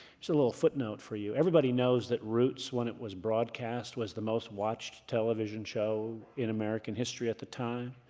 so little footnote for you, everybody knows that roots, when it was broadcast, was the most watched television show in american history at the time.